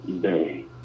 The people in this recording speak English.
day